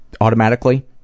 automatically